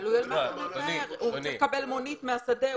אם הוא מקבל מונית מהשדה,